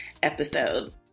episode